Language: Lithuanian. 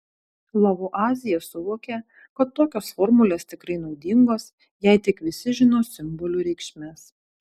lavuazjė suvokė kad tokios formulės tikrai naudingos jei tik visi žino simbolių reikšmes